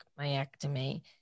myectomy